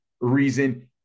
reason